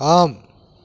ஆம்